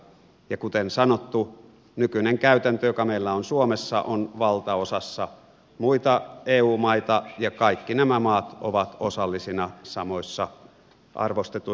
ja kuten sanottu nykyinen käytäntö joka meillä on suomessa on valtaosassa muita eu maita ja kaikki nämä maat ovat osallisina samoissa arvostetuissa ihmisoikeussopimuksissa